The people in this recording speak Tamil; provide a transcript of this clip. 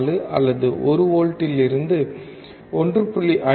04 அல்லது 1 வோல்ட்டிலிருந்து 1